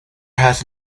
has